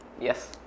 Yes